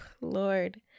lord